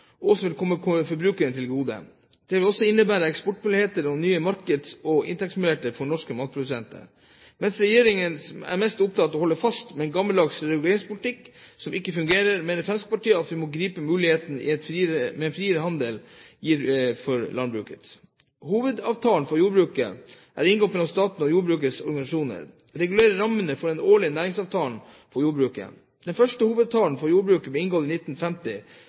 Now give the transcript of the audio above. vil komme forbrukeren til gode. Det vil også innebære eksportmuligheter og nye markeds- og inntektsmuligheter for norske matprodusenter. Mens regjeringen er mest opptatt av å holde fast ved en gammeldags reguleringspolitikk som ikke fungerer, mener Fremskrittspartiet at vi må gripe de mulighetene en friere handel gir for landbruket. Hovedavtalen for jordbruket, inngått mellom staten og jordbrukets organisasjoner, regulerer rammene for den årlige næringsavtalen for jordbruket. Den første hovedavtalen for jordbruket ble inngått i 1950.